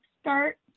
start